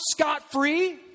scot-free